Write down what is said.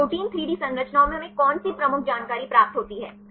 तो protein 3 D संरचनाओं से हमें कौन सी प्रमुख जानकारी प्राप्त होती है